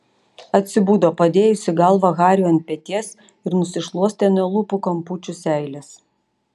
atsibudo padėjusi galvą hariui ant peties ir nusišluostė nuo lūpų kampučių seiles